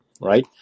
Right